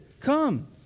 come